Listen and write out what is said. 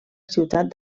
ciutat